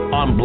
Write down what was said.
on